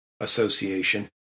association